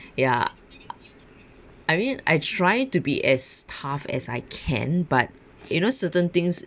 ya I mean I try to be as tough as I can but you know certain things